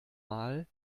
mal